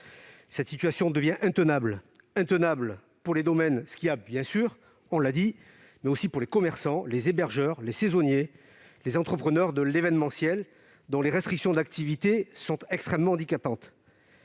Cette situation devient intenable pour les domaines skiables bien sûr, mais aussi pour les commerçants, les hébergeurs, les saisonniers, les entrepreneurs de l'événementiel, pour lesquels les mesures de restriction de l'activité sont extrêmement handicapantes.